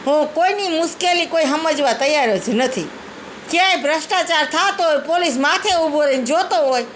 શું કોઈની મુશ્કેલી કોઈ સમજવા તૈયાર જ નથી ક્યાંક ભ્રષ્ટાચાર થતો હોય પોલીસ માથે ઉભો રહીને જોતો હોય